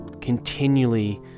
continually